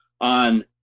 on